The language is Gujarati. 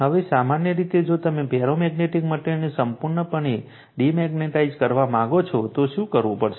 હવે સામાન્ય રીતે જો તમે ફેરોમેગ્નેટિક મટેરીઅલને સંપૂર્ણપણે ડિમેગ્નેટાઈઝ કરવા માગો છો તો શું કરવું પડશે